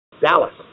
Dallas